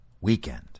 weekend